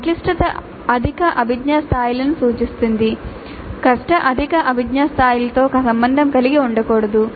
సంక్లిష్టత అధిక అభిజ్ఞా స్థాయిలను సూచిస్తుంది కష్టం అధిక అభిజ్ఞా స్థాయిలతో సంబంధం కలిగి ఉండకూడదు